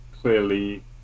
clearly